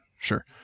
sure